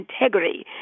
integrity